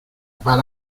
para